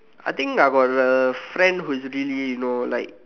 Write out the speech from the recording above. I think I got the friend who's really you know like